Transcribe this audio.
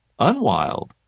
unwild